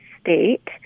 state